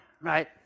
right